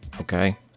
Okay